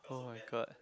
oh my god